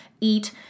eat